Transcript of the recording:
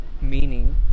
meaning